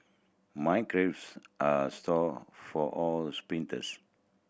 my calves are sore for all sprints